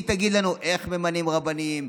היא תגיד לנו איך ממנים רבנים,